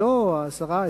ולא עשרה,